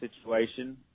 situation